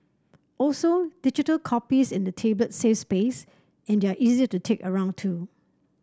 also digital copies in a tablet save space and they are easier to take around too